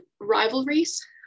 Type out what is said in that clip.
rivalries